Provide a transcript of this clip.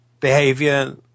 behavior